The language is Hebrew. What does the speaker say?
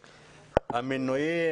המינויים,